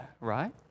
right